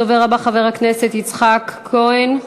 הדובר הבא, חבר הכנסת יצחק כהן,